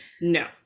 no